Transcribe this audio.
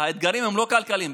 האתגרים הם לא כלכליים,